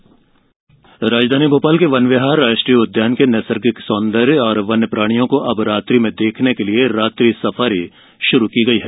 रात्रि सफारी राजधानी भोपाल के वन विहार राष्ट्रीय उद्यान के नैसर्गिक सौन्दर्य और वन्य प्राणियों को अब रात्रि में देखने के लिये रात्रि सफारी शुरू की गई है